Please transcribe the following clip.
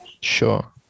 Sure